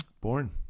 Born